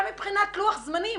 גם מבחינת לוח זמנים.